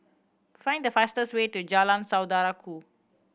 find the fastest way to Jalan Saudara Ku